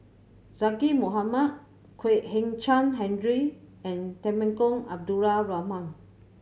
Zaqy Mohamad Kwek Hian Chuan Henry and Temenggong Abdul Rahman